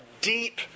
deep